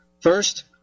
First